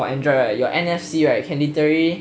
for android right your N_F_C right can literally